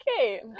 Okay